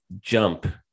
jump